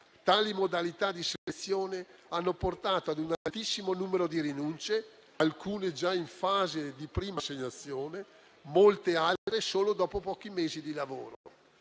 Tali modalità di selezione hanno portato ad un altissimo numero di rinunce, alcune già in fase di prima assegnazione, molte altre solo dopo pochi mesi di lavoro.